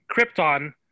Krypton